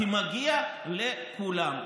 מה לעשות?